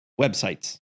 websites